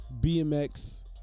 BMX